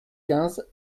quinze